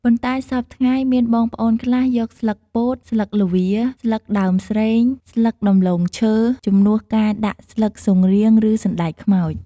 ប៉ុន្ដែសព្វថ្ងៃមានបងប្អូនខ្លះ យកស្លឹកពោត ស្លឹកល្វា ស្លឹកដើមស្រេង ស្លឹកដំឡូងឈើ ជំនួសការដាក់ស្លឹកស៊ុនរៀងឬសណ្តែកខ្មោច។